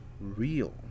real